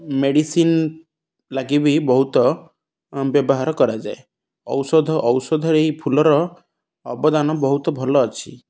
medicine ଲାଗି ବି ବହୁତ ବ୍ୟବହାର କରାଯାଏ ଔଷଧ ଔଷଧରେ ଏଇ ଫୁଲର ଅବଦାନ ବହୁତ ଭଲ ଅଛି